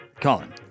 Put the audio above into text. Colin